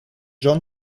john